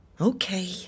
Okay